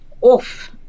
off